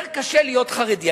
יותר קשה להיות חרדי.